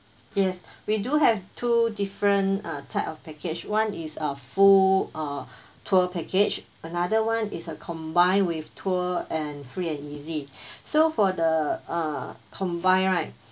yes we do have two different uh type of package one is a full uh tour package another one is a combined with tour and free and easy so for the uh combine right